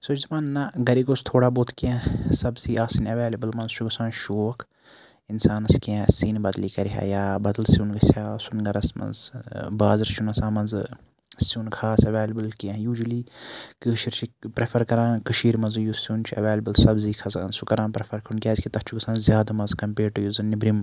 سۄ چھِ دَپان نہَ گَرِ گوٚژھ تھوڑا بہت کینٛہہ سَبزی آسٕنۍ ایٚولیبٕل مَنٛزٕ چھُ گَژھان شوق اِنسانَس کینٛہہ سِنۍ بَدلی کَرِ ہا یا بَدَل سیٚون گَژھِ ہا آسُن گَرَس مَنٛز بازَر چھُ نہٕ آسان مَنٛزٕ سیٚون خاص ایٚولیبٕل کینٛہہ یوٗجولی کٲشِر چھِ پرٮ۪فَر کَران کٔشیٖر مَنٛزٕے یُس سیٚون چھُ ایٚولیبٕل سَبزی کھَسان سُہ کَران پرٮ۪فَر کھیٚون کیازکہِ تَتھ چھُ گَژھان زیادٕ مَزٕ کَمپیٲڈ ٹوٚ یُس زَن نٮ۪برِم